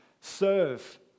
serve